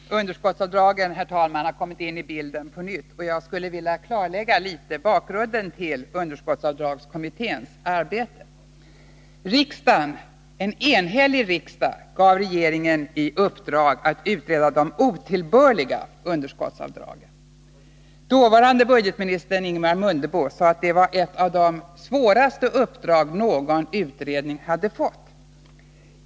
Herr talman! Underskottsavdragen har kommit in i bilden på nytt, och jag skulle något vilja klarlägga bakgrunden till underskottsavdragskommitténs arbete. En enhällig riksdag gav regeringen i uppdrag att utreda de ”otillbörliga” underskottsavdragen. Dåvarande budgetministern Ingemar Mundebo sade att det var ett av de svåraste uppdrag någon utredning hade fått.